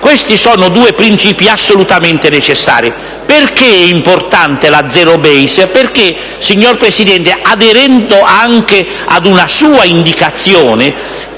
Questi sono sue due principi assolutamente necessari. Perché è importante il metodo *zero-base*? Perché, signor Presidente, aderendo anche ad una sua indicazione,